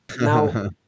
now